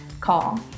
call